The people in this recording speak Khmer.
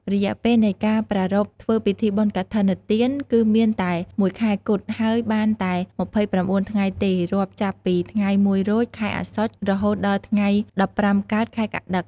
រយៈពេលនៃការប្រារព្ធធ្វើពិធីបុណ្យកឋិនទានគឺមានតែ១ខែគត់ហើយបានតែ២៩ថ្ងៃទេរាប់ចាប់ពីថ្ងៃ១រោចខែអស្សុជរហូតដល់ថ្ងៃ១៥កើតខែកត្តិក។